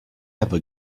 ever